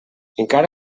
encara